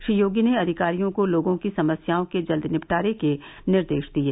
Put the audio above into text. श्री योगी ने अधिकारियों को लोगों की समस्याओं के जल्द निपटारे के निर्देश दिये